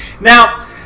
Now